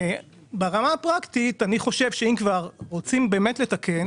ברמה הפרקטית, אני חושב שאם כבר רוצים באמת לתקן